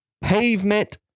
pavement